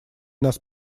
нас